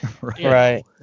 Right